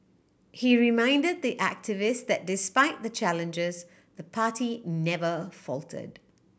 he reminded the activists that despite the challenges the party never faltered